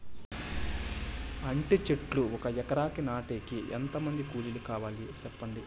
అంటి చెట్లు ఒక ఎకరా నాటేకి ఎంత మంది కూలీలు కావాలి? సెప్పండి?